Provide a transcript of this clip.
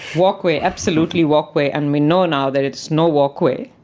walkway absolutely walkway and we know now that it is no walkway.